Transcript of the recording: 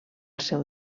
seu